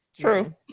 True